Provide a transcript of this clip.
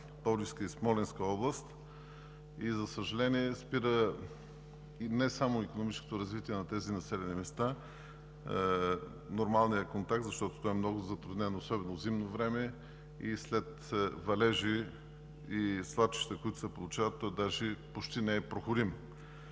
Пловдивска и Смолянска област. За съжаление, спира не само икономическото развитие на тези населени места, но и нормалният контакт, защото пътят е много затруднен, особено зимно време, и след валежи и свлачища, които се получават, почти е непроходим.